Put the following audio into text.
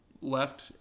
Left